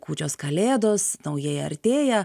kūčios kalėdos naujieji artėja